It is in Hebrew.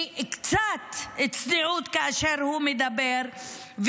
קצת צניעות כאשר הוא מדבר,